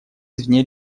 извне